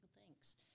Thanks